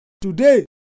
Today